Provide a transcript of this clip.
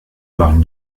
marques